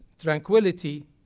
tranquility